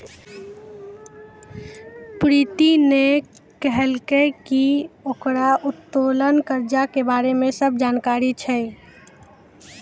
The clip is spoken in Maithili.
प्रीति ने कहलकै की ओकरा उत्तोलन कर्जा के बारे मे सब जानकारी छै